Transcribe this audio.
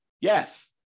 Yes